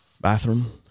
bathroom